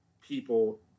people